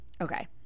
Okay